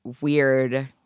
weird